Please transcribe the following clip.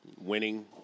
winning